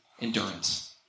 endurance